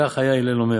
כך היה הלל אומר,